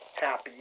happy